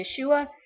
Yeshua